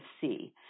see